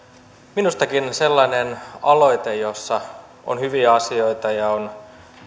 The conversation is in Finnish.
minustakin sellainen aloite jossa on hyviä asioita ja on